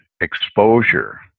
exposure